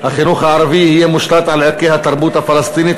החינוך הערבי יהיה מושתת על ערכי התרבות הפלסטינית,